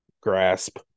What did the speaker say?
grasp